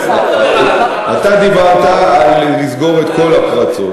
אתה דיברת על לסגור את כל הפרצות,